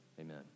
Amen